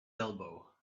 elbow